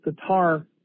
guitar